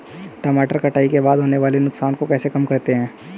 टमाटर कटाई के बाद होने वाले नुकसान को कैसे कम करते हैं?